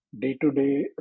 day-to-day